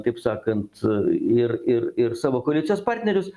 kaip sakant ir ir ir savo koalicijos partnerius